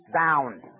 down